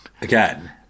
Again